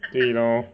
对 lor